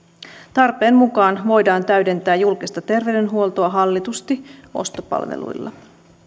tarpeen mukaan voidaan täydentää julkista terveydenhuoltoa hallitusti ostopalveluilla